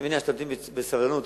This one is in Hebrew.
אני מניח שתמתין בסבלנות,